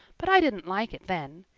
but i didn't like it then.